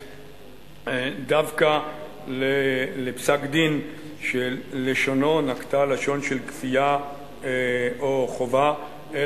דווקא לפסק-דין שלשונו נקטה לשון של כפייה או חובה,